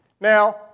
now